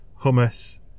hummus